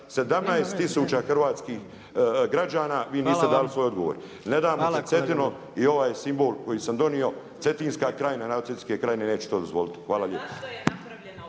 17000 hrvatskih građana, vi niste dali svoj odgovor. Nadamo te Cetino i ovaj simbol koji sam donio, Cetinska krajina …/Govornik se ne razumije./… neće to dozvoliti. Hvala lijepo.